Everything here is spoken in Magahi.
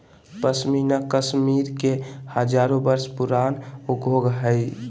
पश्मीना कश्मीर के हजारो वर्ष पुराण उद्योग हइ